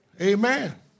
Amen